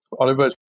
Oliver